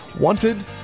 Wanted